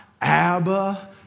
Abba